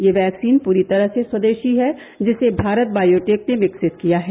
यह वैक्सीन पूरी तरह से स्वदेशी है जिसे भारत बायोटेक ने विकसित किया है